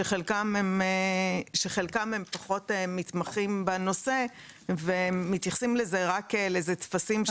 שחלקם פחות מתמחים בנושא ומתייחסים לזה רק כטפסים שצריך למלא.